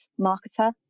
marketer